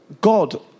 God